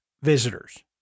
visitors